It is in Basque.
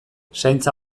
zaintza